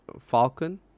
Falcon